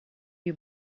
you